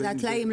זה הטלאים,